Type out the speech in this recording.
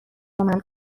تومن